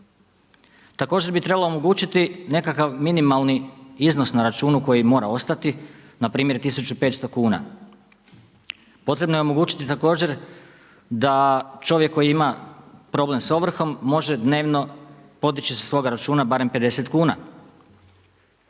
Također bi trebalo omogućiti nekakav minimalni iznos na računu koji mora ostati npr. 1500 kuna. Potrebno je omogućiti također da čovjek koji ima problem s ovrhom može dnevno podići sa svoga računa barem 50 kuna.